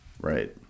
Right